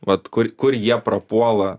vat kur kur jie prapuola